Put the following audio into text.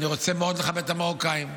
אני רוצה מאוד לכבד את המרוקאים.